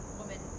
woman